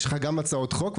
יש לך גם הצעות חוק,